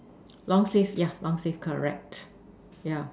long sleeve yeah long sleeve correct yeah